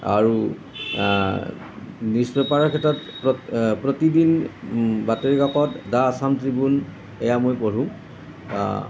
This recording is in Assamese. আৰু নিউজ পেপাৰৰ ক্ষেত্ৰত প্ৰতিদিন বাতৰি কাকত দ্যা আছাম ট্ৰিবিউন এয়া মই পঢ়ো